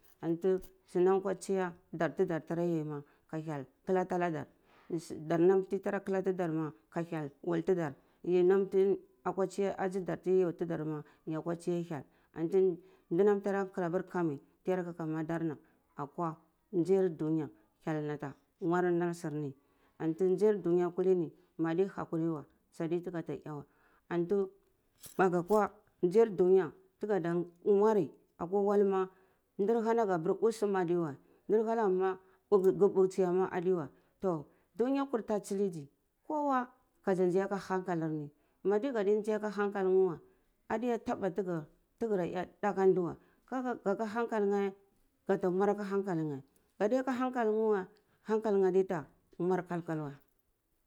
Anti sunan tiya dar ti dar tarya yai nam kwa tiya dar tara yai ma ka hyel kalati ana dar dar nam tyi tara kala tidar ma ka hyel wul tidar nanti akwa tsiya adzi darma yai ti darma yakwa tsiya hyel anti ndaram tara kara aper kami ti yar ka ka madarna akwa nzar dunya hyel anta mura nar surni antu nzar dunya kulini madi hakuri weh saudi tiga ta eh weh antu maga kwar ndzai dunya taga da mwari wual ma ndar hana gheh usi na ddi weh ndar hana gheh ma ga mbuksiya ma adi weh dunya kulta tsilizi kowa kazi ndzai aka hankalini mapar gati nzai aka hankalinar weh adiya taba tiga tigar eh nda aka nde weh ka ga ka hankal neh ka ga mureh aka hankal neh gadiya ka hnakal ngeh weh hankal neh adiya ta mwar kalkal weh.